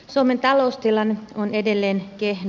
suomen taloustilanne on edelleen kehno